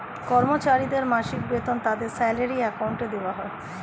কর্মচারীদের মাসিক বেতন তাদের স্যালারি অ্যাকাউন্টে দেওয়া হয়